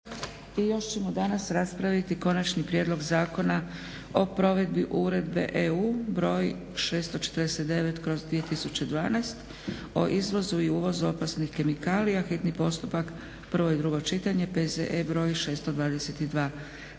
I još ćemo danas raspraviti: - Konačni prijedlog Zakona o provedbi Uredbe (EU) br. 649/2012 o izvozu i uvozu opasnih kemikalija, hitni postupak, prvo i drugo čitanje, P.Z.E. br. 622